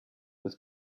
with